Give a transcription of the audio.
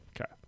Okay